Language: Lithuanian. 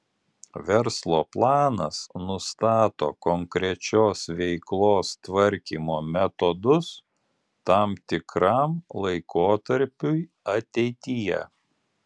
verslo planas nustato konkrečios veiklos tvarkymo metodus tam tikram laikotarpiui ateityje